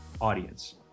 audience